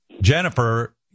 Jennifer